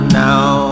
now